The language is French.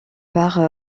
part